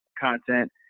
content